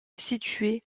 située